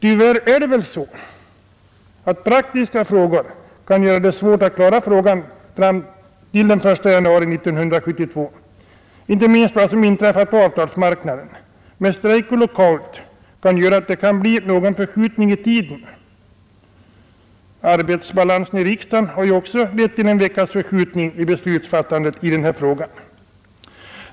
Tyvärr är det väl så att praktiska omständigheter kan göra det svårt att klara frågan till den 1 januari 1972. Inte minst vad som inträffat på avtalsmarknaden i form av strejk och lockout kan göra att det blir någon förskjutning i tiden. Arbetsbalansen i riksdagen har ju också lett till en — Nr 44 veckas förskjutning av beslutfattandet i denna fråga.